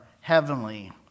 Heavenly